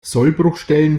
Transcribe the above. sollbruchstellen